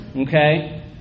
okay